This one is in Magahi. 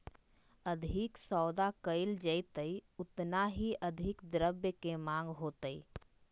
अधिक सौदा कइल जयतय ओतना ही अधिक द्रव्य के माँग होतय